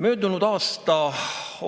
Möödunud aasta